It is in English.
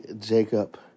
Jacob